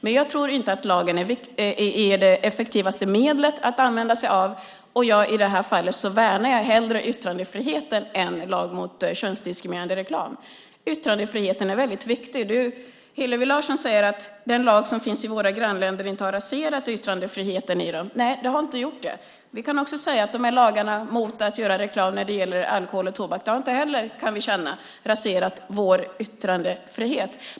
Men jag tror inte att lagen är det mest effektiva medlet att använda sig av, och i det här fallet värnar jag hellre yttrandefriheten än en lag mot könsdiskriminerande reklam. Yttrandefriheten är väldigt viktig. Hillevi Larsson säger att den lag som finns i våra grannländer inte har raserat yttrandefriheten i dem. Nej, den har inte gjort det. Vi kan också säga att lagarna mot att göra reklam för alkohol och tobak inte heller, kan vi känna, har raserat vår yttrandefrihet.